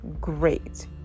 great